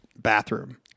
bathroom